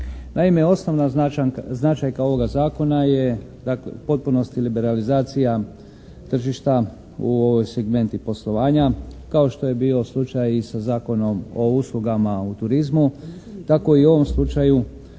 Naime osnovna značajka ovoga zakona je dakle u potpunosti liberalizacija tržišta u ovom segmentu poslovanja kao što je bio slučaj i sa Zakonom o uslugama u turzimu. Tako i u ovom slučaju